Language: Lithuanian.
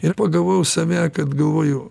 ir pagavau save kad galvoju